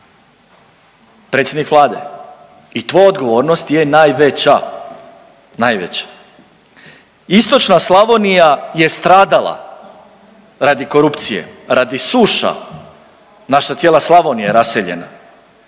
predsjednik vlade i tvoja odgovornost je najveća, najveća. Istočna Slavonija je stradala radi korupcije, radi suša, naša cijela Slavonija je raseljena,